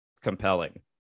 compelling